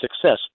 success